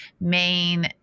main